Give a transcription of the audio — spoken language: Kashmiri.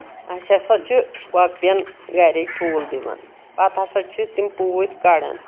اَسہِ ہسا چھِ کۄکرن گَرِکۍ ٹھوٗل دِوان پتہٕ ہسا چھِ تِم پوٗتۍ کَڑان